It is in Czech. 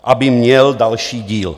Aby měl další díl.